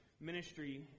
ministry